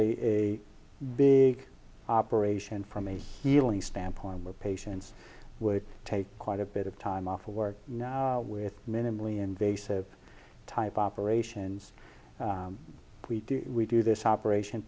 a big operation from a healing standpoint where patients would take quite a bit of time off work with minimally invasive type operations we do we do this operation